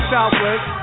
Southwest